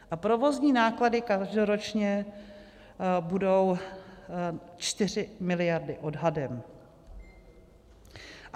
A provozní náklady každoročně budou 4 miliardy odhadem.